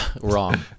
Wrong